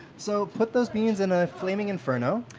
so put those beans in a flaming inferno!